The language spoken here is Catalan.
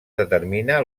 determina